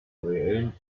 reellen